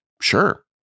Sure